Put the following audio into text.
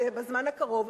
בזמן הקרוב.